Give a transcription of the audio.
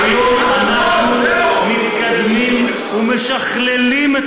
היום אנחנו מתקדמים ומשכללים את